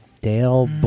Dale